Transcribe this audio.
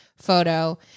photo